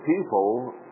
people